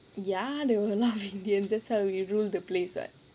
ya there were a lot of indians that's why we rule the place [what]